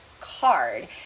card